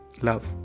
Love